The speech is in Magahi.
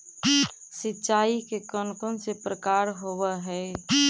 सिंचाई के कौन कौन से प्रकार होब्है?